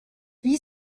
wie